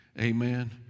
Amen